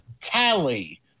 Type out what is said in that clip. tally